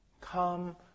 Come